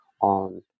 on